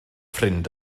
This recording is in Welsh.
ffrind